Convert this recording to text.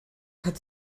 hat